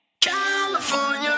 California